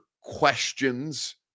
questions